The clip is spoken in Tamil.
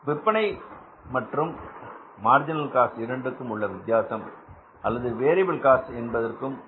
விற்பனை மற்றும் மார்ஜினல் காஸ்ட் இரண்டிற்கும் உள்ள வித்தியாசம் அல்லது வேரியபில் காஸ்ட் என்பது பங்களிப்பாகும்